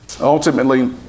ultimately